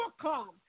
come